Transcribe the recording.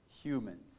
humans